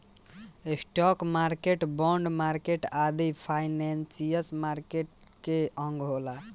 stock market, bond market आदि financial market के अंग होला